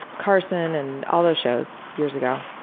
carson and all those shows years ago.